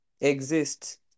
exists